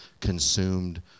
consumed